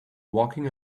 walking